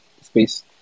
space